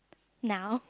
now